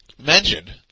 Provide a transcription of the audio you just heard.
Mentioned